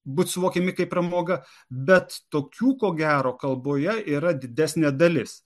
būt suvokiami kaip pramoga bet tokių ko gero kalboje yra didesnė dalis